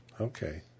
Okay